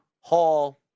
Hall